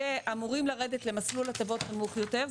שאמורים לרדת למסלול הטבות נמוך יותר,